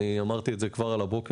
אני אמרתי את זה כבר על הבוקר.